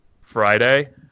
Friday